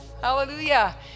hallelujah